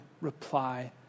reply